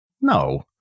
No